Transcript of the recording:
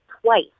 twice